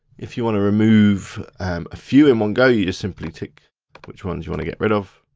if you wanna remove a few in one go, you just simply tick which ones you wanna get rid of.